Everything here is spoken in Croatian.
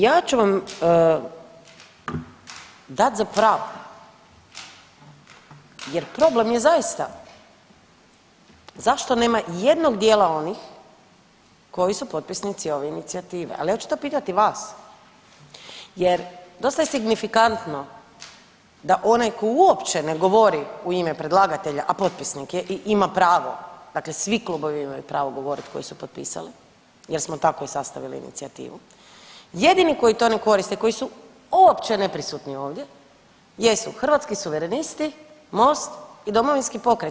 Ja ću vam dat za pravo jer problem je zaista zašto nema ijednog djela onih koji su potpisnici ove inicijative ali ja ću to pitati vas jer dosta je signifikantno da onaj koji uopće ne govori u ime predlagatelja a potpisnik je i ima pravo, dakle svi klubovi imaju pravo koji su potpisali jer smo tako i sastavili inicijativu, jedini koji to ne koriste, koji su uopće neprisutni ovdje jesu Hrvatski suverenisti, Most i Domovinski pokret.